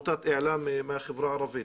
מרכז אעלם מהחברה הערבית.